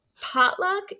potluck